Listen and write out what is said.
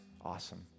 Awesome